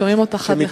שומעים אותך עד לכאן.